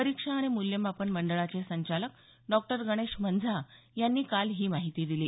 परीक्षा आणि मूल्यमापन मंडळाचे संचालक डॉ गणेश मंझा यांनी काल ही माहिती दिली